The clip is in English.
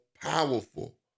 powerful